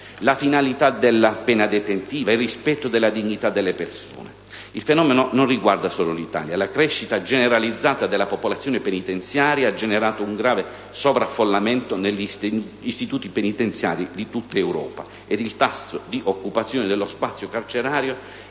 la finalità della pena detentiva; il rispetto della dignità delle persone. Il fenomeno non riguarda solo l'Italia. La crescita generalizzata della popolazione penitenziaria ha generato un grave sovraffollamento negli istituti penitenziari di tutta Europa. Il tasso di occupazione dello spazio carcerario